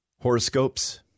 Horoscopes